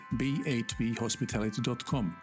b8bhospitality.com